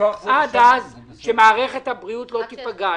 עד אז שמערכת הבריאות לא תיפגע,